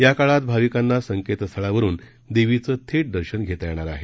याकाळात भाविकांना संकेतस्थळावरुन देवीचं थेट दर्शन घेता येणार आहे